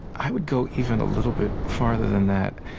i would go even a little bit farther than that.